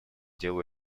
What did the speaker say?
делу